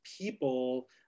people